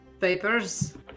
papers